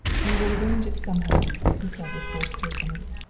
we will arrange it somehow, he said with forced cheerfulness.